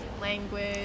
language